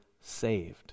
saved